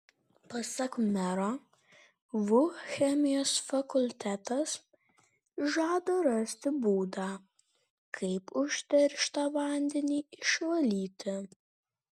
pasak mero vu chemijos fakultetas žada rasti būdą kaip užterštą vandenį išvalyti